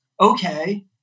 Okay